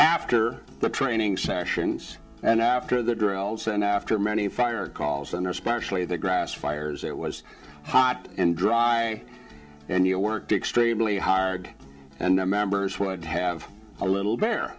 after the training sessions and after the girls and after many fire calls and especially the grass fires it was hot and dry and you worked extremely hard and the members would have a little